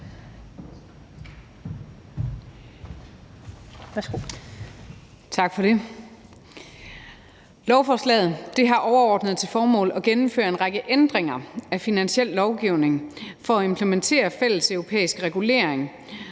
Tak for det. Lovforslaget har overordnet til formål at gennemføre en række ændringer af finansiel lovgivning for at implementere fælleseuropæisk regulering